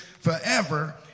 forever